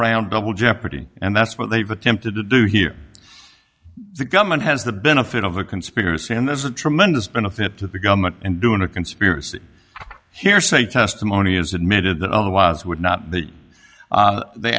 around double jeopardy and that's what they've attempted to do here the government has the benefit of a conspiracy and there's a tremendous benefit to the government and doing a conspiracy hearsay testimony is admitted that otherwise would not that they